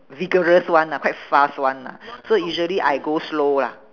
vigorous [one] lah quite fast [one] lah so usually I go slow lah